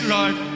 Lord